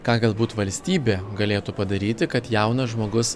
ką galbūt valstybė galėtų padaryti kad jaunas žmogus